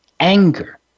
anger